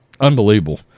Unbelievable